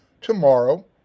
tomorrow